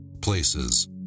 places